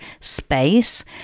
space